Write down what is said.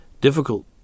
difficult